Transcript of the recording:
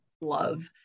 love